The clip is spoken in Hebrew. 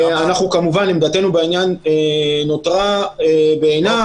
עמדתנו בעניין נותרה בעינה,